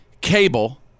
cable